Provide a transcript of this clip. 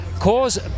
cause